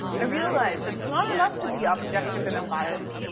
i realized that it's not enough to be objective and unbiased.